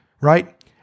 right